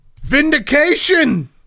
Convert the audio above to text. Vindication